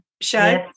show